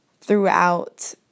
throughout